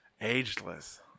Ageless